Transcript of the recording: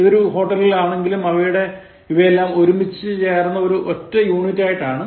ഇത് ഒരു ഹോട്ടലിൽ ആണെങ്കിലും ഇവയെല്ലാം ഒരുമിച്ചു ചേർന്ന ഒരു ഒറ്റ യൂണിറ്റ് ആയിട്ടാണ്